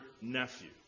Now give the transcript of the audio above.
nephew